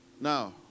now